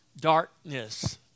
darkness